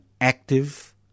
active